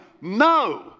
No